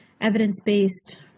evidence-based